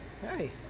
Hey